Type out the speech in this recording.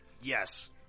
Yes